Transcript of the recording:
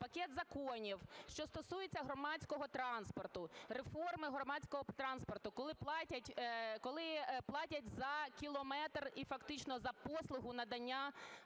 пакет законів, що стосується громадського транспорту, реформи громадського транспорту, коли платять за кілометр і фактично за послуги